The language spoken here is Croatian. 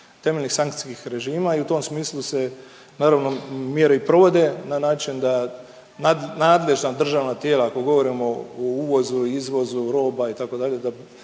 temeljnih sankcijskih režima i u tom smislu se naravno mjere i provode na način da nadležna državna tijela ako govorimo o uvozu, o izvozu roba itd.